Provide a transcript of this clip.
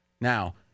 Now